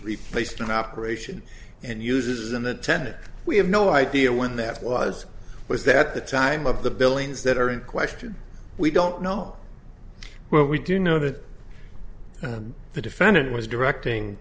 replaced in operation and uses an attendant we have no idea when that was was there at the time of the billings that are in question we don't know what we do know that the defendant was directing